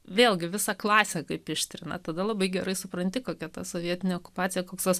vėlgi visą klasę kaip ištrina tada labai gerai supranti kokia ta sovietinė okupacija koks tas